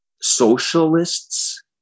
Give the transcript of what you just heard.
socialists